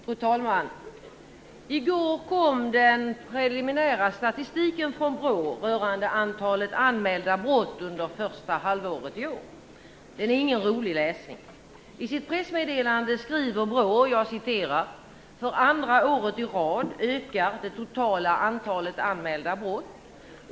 Fru talman! I går kom den preliminära statistiken från BRÅ rörande antalet anmälda brott under det första halvåret i år. Det är ingen rolig läsning. I sitt pressmeddelande skriver BRÅ: "För andra året i rad ökar det totala antalet anmälda brott.